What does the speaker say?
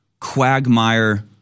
quagmire